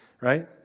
right